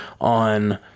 on